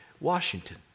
Washington